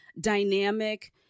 dynamic